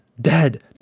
Dead